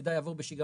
שמידע יעבור בשגרה,